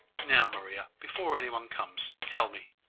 now, maria, before any one comes, tell me